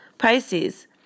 Pisces